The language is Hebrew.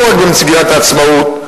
לא רק במגילת העצמאות,